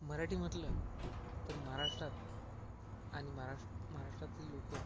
मराठी म्हटलं तर महाराष्ट्रात आणि महारा महाराष्ट्रातील लोक